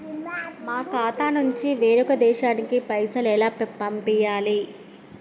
మా ఖాతా నుంచి వేరొక దేశానికి పైసలు ఎలా పంపియ్యాలి?